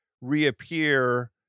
reappear